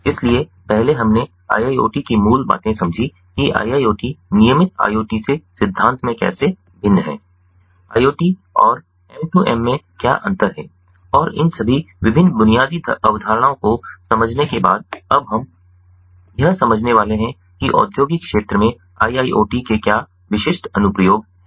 इसलिए पहले हमने IIoT की मूल बातें समझीं कि IIoT नियमित IoT से सिद्धांत में कैसे भिन्न है IoT और M 2 M में क्या अंतर है और इन सभी विभिन्न बुनियादी अवधारणाओं को समझने के बाद अब हम यह समझने वाले हैं कि औद्योगिक क्षेत्र में IIoT के क्या विशिष्ट अनुप्रयोग हैं